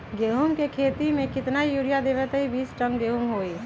गेंहू क खेती म केतना यूरिया देब त बिस टन गेहूं होई?